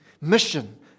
Mission